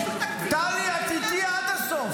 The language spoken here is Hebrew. טלי, את איתי עד הסוף.